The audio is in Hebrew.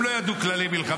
הם לא ידעו כללי מלחמה.